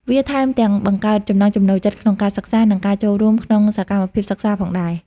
វាថែមទាំងបង្កើតចំណង់ចំណូលចិត្តក្នុងការសិក្សា និងការចូលរួមក្នុងសកម្មភាពសិក្សាផងដែរ។